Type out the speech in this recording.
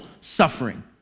suffering